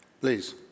Please